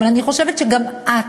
אבל אני חושבת שגם את